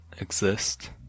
exist